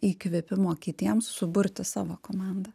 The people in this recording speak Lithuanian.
įkvėpimo kitiems suburti savo komandą